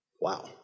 Wow